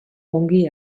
ongi